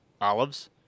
olives